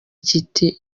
kiti